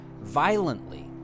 violently